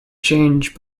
change